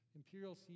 imperial